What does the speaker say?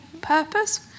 purpose